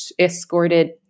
escorted